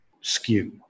skew